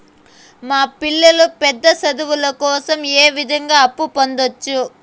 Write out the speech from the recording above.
మా పిల్లలు పెద్ద చదువులు కోసం ఏ విధంగా అప్పు పొందొచ్చు?